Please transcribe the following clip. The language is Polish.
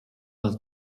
nas